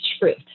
truth